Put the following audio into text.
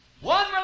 One